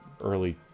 early